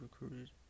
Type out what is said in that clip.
recruited